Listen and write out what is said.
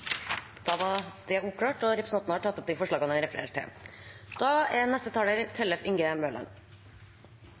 Da er det oppklart. Representanten Nicholas Wilkinson har tatt opp de forslagene han refererte til. Barn og unge med psykiske lidelser er